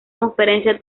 conferencia